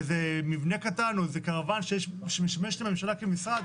איזה מבנה קטן או איזה קרוואן שמשמש את הממשלה כמשרד,